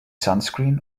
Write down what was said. sunscreen